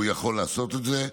והוא יכול לעשות את זה.